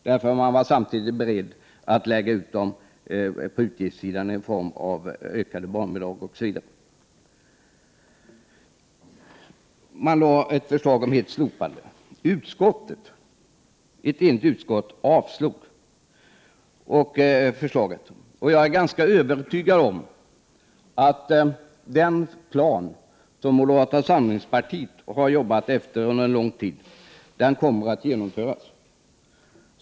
Man var nämligen samtidigt beredd att på utgiftssidan lägga ut ökade barnbidrag osv. Regeringen lade fram ett förslag om att livsmedelssubventionerna skulle slopas helt. Ett enigt utskott avslog förslaget. Jag är ganska övertygad om att den plan som moderata samlingspartiet har jobbat efter under en lång tid kommer att genomföras.